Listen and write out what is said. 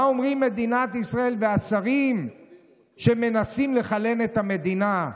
מה אומרים במדינת ישראל והשרים שמנסים לחלן את המדינה?